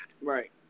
Right